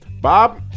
Bob